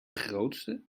grootste